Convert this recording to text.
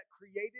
created